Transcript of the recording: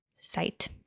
site